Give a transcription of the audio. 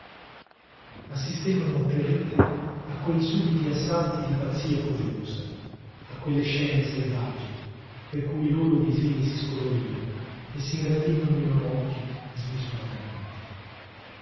assistevano atterrite a quei súbiti assalti di pazzia furiosa a quelle scene selvagge per cui i loro visini si scolorivano e s'ingrandivano i loro occhi smisuratamente